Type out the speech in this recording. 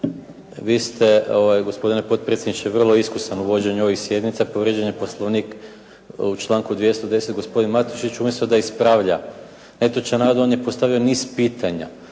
vi ste gospodine potpredsjedniče vrlo iskusan u vođenju ovih sjednica. Povrijeđen je Poslovnik u članku 210. Gospodin Matušić umjesto da ispravlja netočan navod, on je postavio niz pitanja